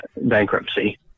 bankruptcy